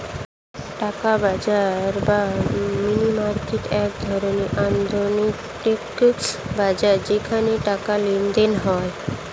টাকার বাজার বা মানি মার্কেট এক ধরনের অর্থনৈতিক বাজার যেখানে টাকার লেনদেন হয়